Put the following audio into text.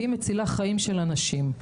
היא מצילה חיים של אנשים,